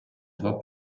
два